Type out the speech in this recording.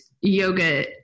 yoga